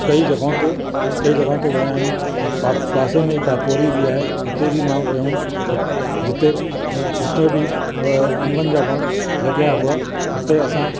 कई जॻह ते कई जॻह ते विया आहियूं प पासे में काकोरी बि आहे हुते बि मां वियुमि हुउमि ह जिते हुते बि अंबनि जा वण लॻिया हुआ हुते असां